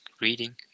reading